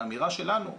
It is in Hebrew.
האמירה שלנו,